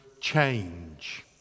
change